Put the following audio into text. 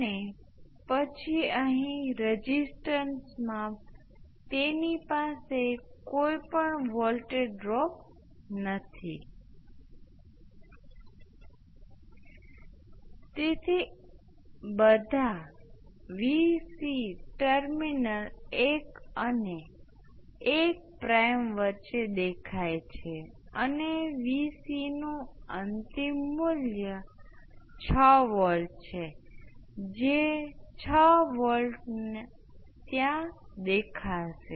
અને તેથી અહી હું ઇમ્પલ્સનો પરિચય નથી આપવા માંગતો અથવા આગળ આપણે ઇમ્પલ્સ ને ગણતરીમાં લેવું પણ જરૂરી નથી કે તે શોધવા માટે કે આપણે શું નહીં કરીશું આપણે ફક્ત એ હકીકતની પ્રશંસા કરી શકીએ છીએ કે I s નું પ્રથમ વિકલન એક ઇમ્પલ્સ છે તેથી આ એક ઇમ્પલ્સ છે આ જથ્થો હતો જેમ કે Is મર્યાદિત છે